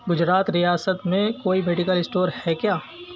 گجرات ریاست میں کوئی میڈیکل اسٹور ہے کیا